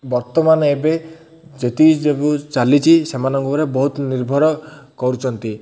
ବର୍ତ୍ତମାନ ଏବେ ଯେତିକି ଯୋଗୁଁ ଚାଲିଛି ସେମାନଙ୍କ ଉପରେ ବହୁତ ନିର୍ଭର କରୁଛନ୍ତି